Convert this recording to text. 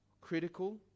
critical